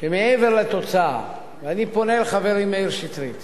שמעבר לתוצאה, ואני פונה לחברי מאיר שטרית